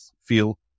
feel